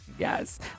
Yes